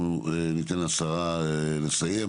אנחנו ניתן לשרה לסיים,